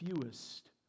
fewest